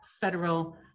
federal